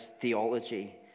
theology